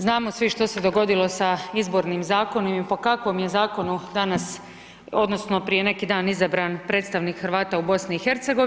Znamo svi što se dogodilo s izbornim zakonom i po kakvom je zakonu danas, odnosno prije neki dan izabran predstavnik Hrvata u BiH.